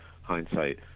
hindsight